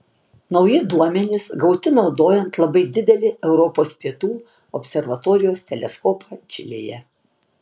nauji duomenys gauti naudojant labai didelį europos pietų observatorijos teleskopą čilėje